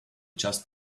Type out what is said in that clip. just